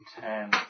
Ten